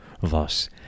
thus